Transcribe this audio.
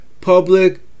public